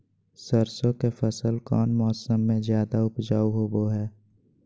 सरसों के फसल कौन मौसम में ज्यादा उपजाऊ होबो हय?